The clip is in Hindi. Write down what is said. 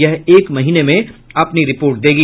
यह एक महीने में अपनी रिपोर्ट देगी